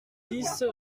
dix